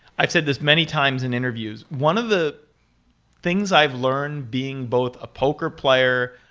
i've said this many times in interviews. one of the things i've learned being both a poker player,